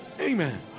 amen